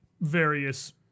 various